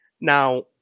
now